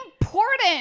important